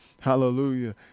hallelujah